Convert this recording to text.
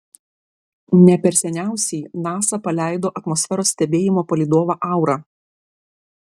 ne per seniausiai nasa paleido atmosferos stebėjimo palydovą aura